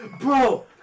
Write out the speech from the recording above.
bro